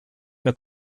mehr